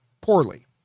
poorly